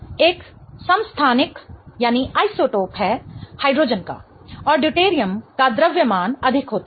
deuterium एक समस्थानिक है हाइड्रोजन का और ड्यूटेरियम का द्रव्यमान अधिक होता है